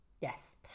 yes